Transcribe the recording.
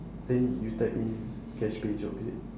then you type in cash pay job is it